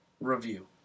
review